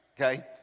okay